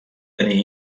tenir